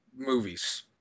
movies